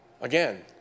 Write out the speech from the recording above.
Again